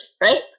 right